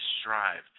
strive